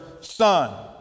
son